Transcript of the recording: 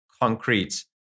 concrete